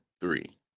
three